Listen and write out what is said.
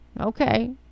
Okay